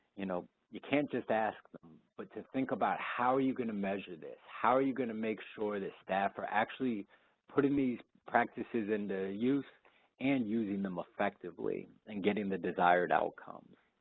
you know you can't just ask them, but to think about how are you gonna measure this, how are you gonna make sure that staff are actually putting these practices into youth and using them effectively and getting the desired outcomes.